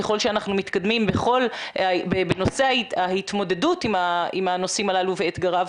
ככל שאנחנו מתקדמים בנושא ההתמודדות עם הנושאים הללו ואתגריו,